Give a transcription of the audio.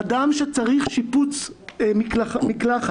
אדם שצריך שיפוץ מקלחת